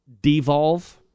devolve